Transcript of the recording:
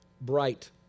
bright